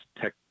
tech